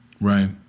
Right